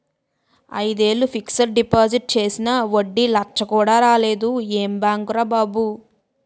ఐదేళ్ళు fixed deposit చేసినా వడ్డీ లచ్చ కూడా రాలేదు ఏం బాంకురా బాబూ